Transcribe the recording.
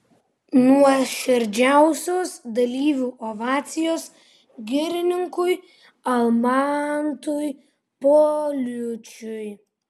nuoširdžiausios dalyvių ovacijos girininkui algimantui paliučiui